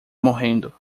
morrendo